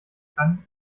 kann